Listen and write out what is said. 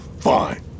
Fine